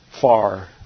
far